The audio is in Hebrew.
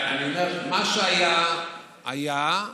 מה שהיה היה,